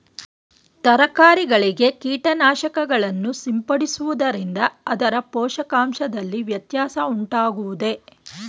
ತರಕಾರಿಗಳಿಗೆ ಕೀಟನಾಶಕಗಳನ್ನು ಸಿಂಪಡಿಸುವುದರಿಂದ ಅದರ ಪೋಷಕಾಂಶದಲ್ಲಿ ವ್ಯತ್ಯಾಸ ಉಂಟಾಗುವುದೇ?